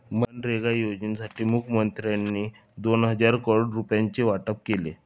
मनरेगा योजनेसाठी मुखमंत्र्यांनी दोन हजार करोड रुपयांचे वाटप केले